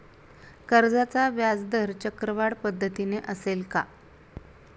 कर्जाचा व्याजदर चक्रवाढ पद्धतीने असेल का?